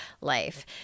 life